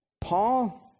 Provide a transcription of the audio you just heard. Paul